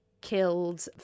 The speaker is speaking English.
killed